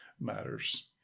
matters